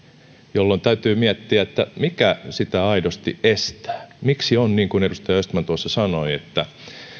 jolloin täytyy miettiä että mikä sitä aidosti estää miksi on niin kuin edustaja östman tuossa sanoi